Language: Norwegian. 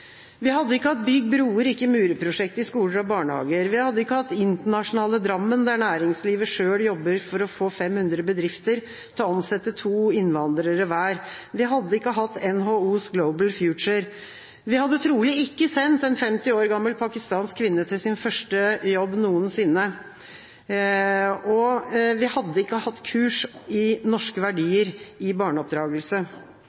Vi hadde ikke hatt «Bygg broer, ikke murer»-prosjektet i skoler og barnehager, vi hadde ikke hatt Internasjonale Drammen, der næringslivet selv jobber for å få 500 bedrifter til å ansette to innvandrere hver, vi hadde ikke hatt NHOs Global Future, vi hadde trolig ikke sendt en 50 år gammel pakistansk kvinne til sin første jobb noensinne, og vi hadde ikke hatt kurs i norske